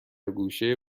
گوشه